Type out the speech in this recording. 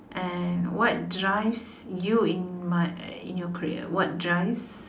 and what drives you in my uh in your career what drives